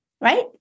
right